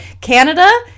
canada